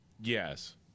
Yes